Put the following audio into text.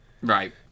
Right